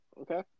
Okay